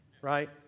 Right